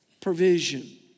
provision